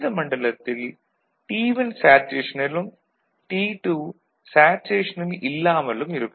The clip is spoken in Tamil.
இந்த மண்டலத்தில் T1 சேச்சுரேஷனிலும் T2 சேச்சுரேஷனில் இல்லாமலும் இருக்கும்